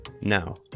Now